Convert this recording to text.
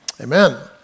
Amen